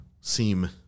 seem